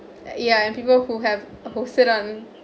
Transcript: yeah and people who have a whole